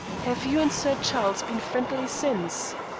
have you and sir charles been friendly since?